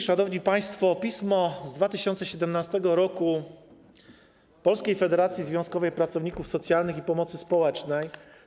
Szanowni państwo, oto pismo z 2017 r. Polskiej Federacji Związkowej Pracowników Socjalnych i Pomocy Społecznej.